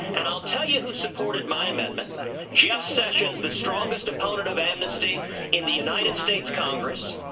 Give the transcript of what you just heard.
and i'll tell you who supported my amendment jeff sessions, the strongest opponent of amnesty in the united states congress.